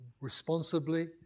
responsibly